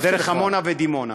דרך עמונה ודימונה.